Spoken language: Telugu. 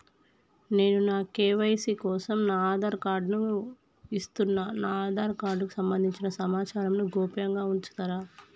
నేను నా కే.వై.సీ కోసం నా ఆధార్ కార్డు ను ఇస్తున్నా నా ఆధార్ కార్డుకు సంబంధించిన సమాచారంను గోప్యంగా ఉంచుతరా?